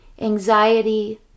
anxiety